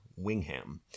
Wingham